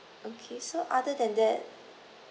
okay so other than that